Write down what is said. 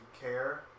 care